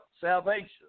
salvation